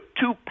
two